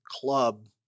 club